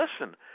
listen